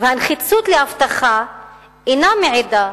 והנחיצות של האבטחה אינה מעידה,